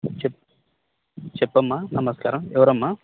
చెప్ చెప్పమ్మా నమస్కారం ఎవరమ్మా